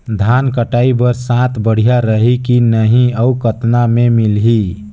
धान कटाई बर साथ बढ़िया रही की नहीं अउ कतना मे मिलही?